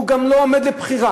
הוא גם לא עומד לבחירה,